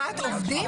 לעובדים?